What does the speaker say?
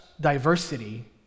diversity